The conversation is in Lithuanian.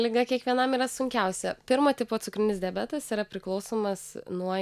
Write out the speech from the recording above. liga kiekvienam yra sunkiausia pirmo tipo cukrinis diabetas yra priklausomas nuo